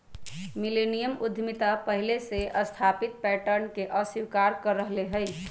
millennium उद्यमिता पहिले से स्थापित पैटर्न के अस्वीकार कर रहल हइ